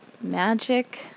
magic